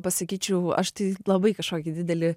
pasikeičiau aš tai labai kažkokį didelį